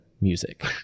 music